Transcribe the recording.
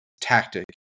tactic